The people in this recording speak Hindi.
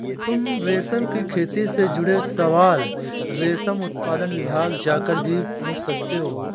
तुम रेशम की खेती से जुड़े सवाल रेशम उत्पादन विभाग जाकर भी पूछ सकते हो